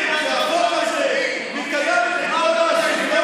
במקום להגיד שהחוק